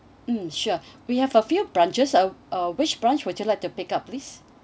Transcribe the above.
mm sure we have a few branches uh uh which branch would you like to pick up please